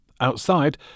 Outside